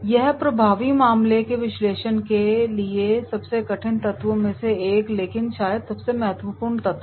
यह प्रभावी मामले के विश्लेषण के लिए सबसे कठिन तत्व में से एक लेकिन शायद सबसे महत्वपूर्ण है